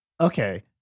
okay